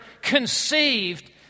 conceived